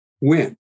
win